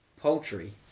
Poultry